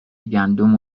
گندم